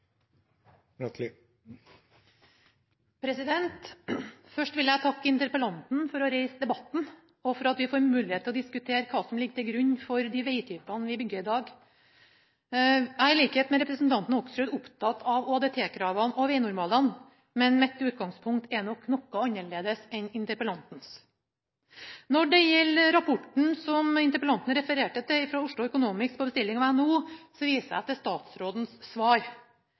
Først vil jeg takke interpellanten for å reise debatten og for at vi får mulighet til å diskutere hva som ligger til grunn for de vegtypene vi bygger i dag. I likhet med representanten Hoksrud er jeg opptatt av ÅDT-kravene og vegnormalene, men mitt utgangspunkt er nok noe annerledes enn interpellantens. Når det gjelder rapporten som interpellanten refererte til fra Oslo Economics på bestilling fra NHO, viser jeg til statsrådens svar.